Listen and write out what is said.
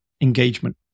engagement